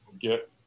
get